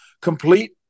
complete